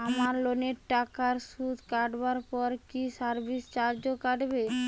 আমার লোনের টাকার সুদ কাটারপর কি সার্ভিস চার্জও কাটবে?